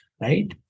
Right